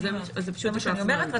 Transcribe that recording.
זה מה שאני אומרת.